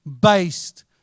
based